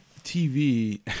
TV